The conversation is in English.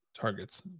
targets